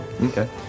Okay